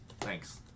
Thanks